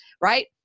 right